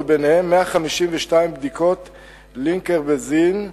וביניהן 152 בדיקות לניקרבזין.